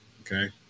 Okay